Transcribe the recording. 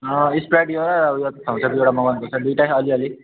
अँ स्प्राइट एउटा र उयो थम्सअप एउटा मगाउनुपर्छ दुइटै अलिअलि